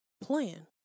plan